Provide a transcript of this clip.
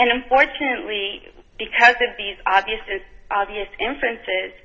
and unfortunately because of these obvious and obvious inference